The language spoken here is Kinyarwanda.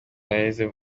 yaheze